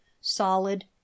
solid